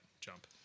jump